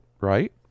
right